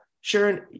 Sharon